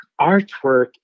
artwork